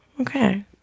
Okay